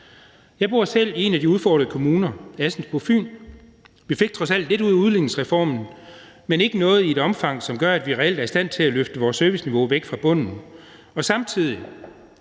Jeg bor selv i en af de udfordrede kommuner, Assens på Fyn, og vi fik trods alt lidt ud af udligningsreformen, men ikke noget i et omfang, som gør, at vi reelt er i stand til at løfte vores serviceniveau væk fra bunden. Og samtidig